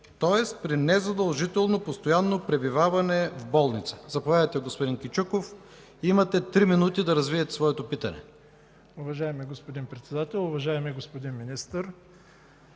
тоест при незадължително постоянно пребиваване в болница. Заповядайте, господин Кючуков. Имате три минути да развиете своето питане. ГЕОРГИ КЮЧУКОВ (АБВ): Уважаеми господин Председател, уважаеми господин Министър!